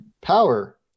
power